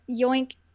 Yoink